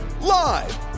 Live